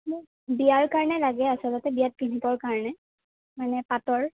মোক বিয়াৰ কাৰণে লাগে আচলতে বিয়াত পিন্ধিবৰ কাৰণে মানে পাটৰ